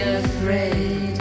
afraid